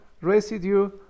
residue